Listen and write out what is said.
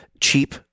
cheap